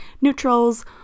neutrals